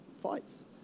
fights